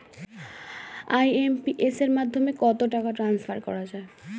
IMPS এর মাধ্যমে কত টাকা ট্রান্সফার করা যায়?